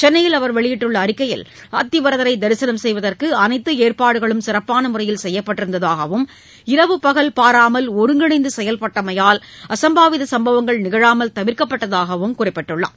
சென்னையில் அவர் வெளியிட்டுள்ள அறிக்கையில் அத்திவரதரை தரிசனம் செய்வதற்கு அனைத்து ஏற்பாடுகளும் சிறப்பான முறையில் செய்யப்பட்டிருந்ததாகவும் இரவு பகல் பாராமல் ஒருங்கிணைந்து செயல்பட்டமையால் அசம்பாவித சம்பவங்கள் நிகழாமல் தவிர்க்கப்பட்டதாகவும் அவர் குறிப்பிட்டுள்ளார்